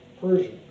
Persian